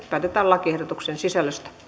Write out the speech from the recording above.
päätetään lakiehdotuksen sisällöstä